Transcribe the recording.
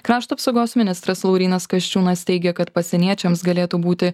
krašto apsaugos ministras laurynas kasčiūnas teigė kad pasieniečiams galėtų būti